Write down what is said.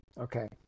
Okay